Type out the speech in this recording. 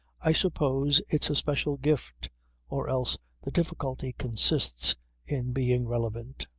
i suppose it's a special gift or else the difficulty consists in being relevant.